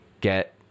get